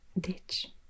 ditch